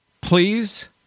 please